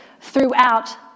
throughout